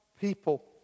people